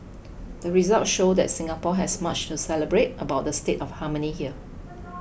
the results show that Singapore has much to celebrate about the state of harmony here